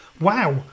wow